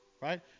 right